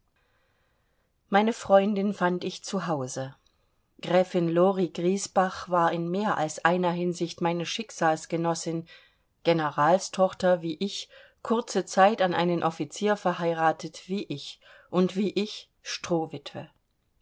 meine freundin fand ich zu hause gräfin lori griesbach war in mehr als einer hinsicht meine schicksalsgenossin generalstochter wie ich kurze zeit an einen offizier verheiratet wie ich und wie ich strohwitwe